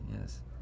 yes